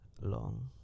long